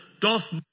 doth